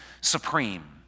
supreme